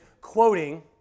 quoting